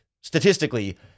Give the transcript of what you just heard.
statistically